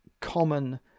common